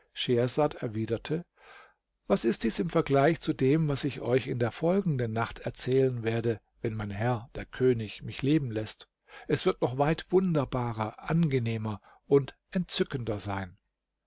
erwiderte was ist dies im vergleich zu dem was ich euch in der folgenden nacht erzählen werde wenn mein herr der könig mich leben läßt es wird noch weit wunderbarer angenehmer und entzückender sein